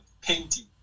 painting